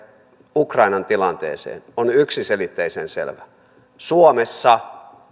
ukrainan tilanteeseen on yksiselitteisen selvä suomessa